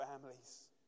families